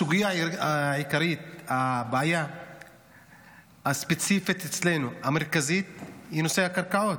הסוגיה העיקרית והבעיה הספציפית והמרכזית אצלנו היא נושא הקרקעות,